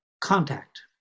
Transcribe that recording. contact